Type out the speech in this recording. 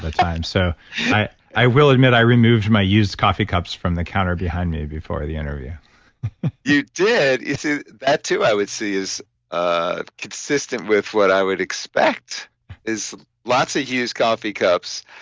time. so i i will admit i removed my used coffee cups from the counter behind me before the interview you did? you see that too i would see as ah consistent with what i would expect is lots of used coffee cups